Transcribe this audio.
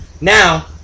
Now